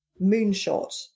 moonshot